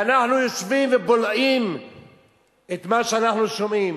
ואנחנו יושבים ובולעים את מה שאנחנו שומעים.